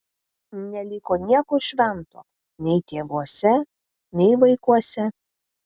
neliko nieko švento nei tėvuose nei vaikuose